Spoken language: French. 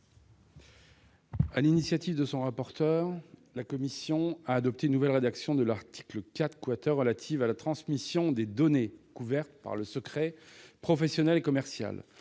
l'initiative du rapporteur, la commission a adopté une nouvelle rédaction de l'article 4 , relatif à la transmission des données couvertes par le secret professionnel et commercial.